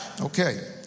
okay